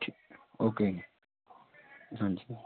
ਠੀਕ ਓਕੇ ਜੀ ਹਾਂਜੀ